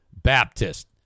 baptist